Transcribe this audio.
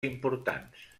importants